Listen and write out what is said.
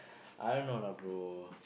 I don't know lah bro